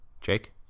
Jake